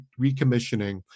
recommissioning